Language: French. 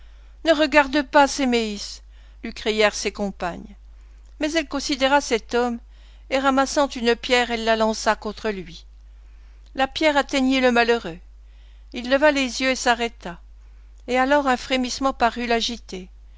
ne regarde pas séméïs lui crièrent ses compagnes mais elle considéra cet homme et ramassant une pierre elle la lança contre lui la pierre atteignit le malheureux il leva les yeux et s'arrêta et alors un frémissement parut l'agiter